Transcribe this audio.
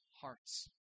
hearts